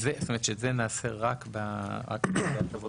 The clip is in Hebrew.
גם "הודעה תישלח ללקוח בכתב בדרך